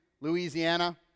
Louisiana